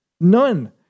None